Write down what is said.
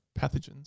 pathogens